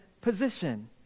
position